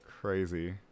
crazy